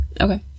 Okay